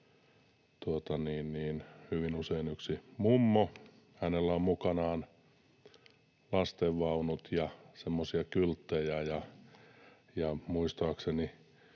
hyvin usein yksi mummo, jolla on mukanaan lastenvaunut ja semmoisia kylttejä